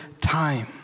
time